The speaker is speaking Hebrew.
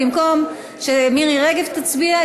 במקום שמירי רגב תצביע,